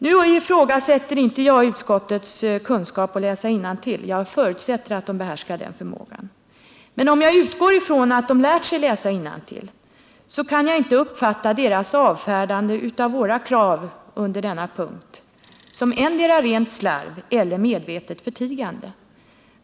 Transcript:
Nu ifrågasätter jag inte utskottsledamöternas kunskap att läsa innantill — jag förutsätter att de har den förmågan. Men om jag utgår från att de lärt sig läsa innantill, kan jag inte uppfatta deras avfärdande av våra krav på denna punkt som annat än endera rent slarv eller medvetet förtigande.